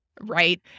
Right